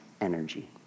energy